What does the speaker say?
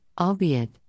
albeit